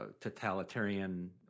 totalitarian